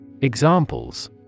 Examples